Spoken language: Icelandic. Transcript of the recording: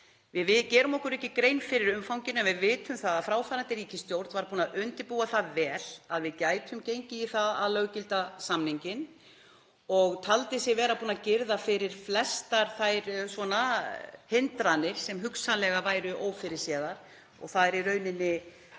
Við gerum okkur ekki grein fyrir umfanginu en við vitum að fráfarandi ríkisstjórn var búin að undirbúa það vel að við gætum gengið í það að löggilda samninginn og taldi sig vera búna að girða fyrir flestar þær hindranir sem hugsanlega væru ófyrirséðar. Það er í rauninni